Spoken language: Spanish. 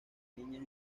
niñas